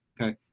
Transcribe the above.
okay